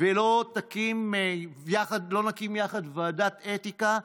ולא נקים ביחד ועדת אתיקה,